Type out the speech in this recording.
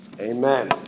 Amen